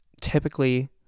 typically